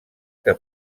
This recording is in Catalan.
que